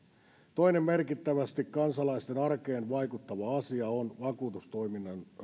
toinen merkittävästi kansalaisten arkeen vaikuttava asia on vakuutustoiminnan